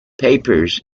papers